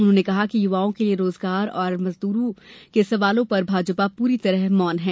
उन्होंने कहा कि युवाओं के लिए रोजगार और मजदूरों के सवालों पर भाजपा पूरी तरह मौन है